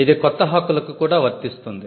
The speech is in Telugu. ఇది కొత్త హక్కులకు కూడా వర్తిస్తుంది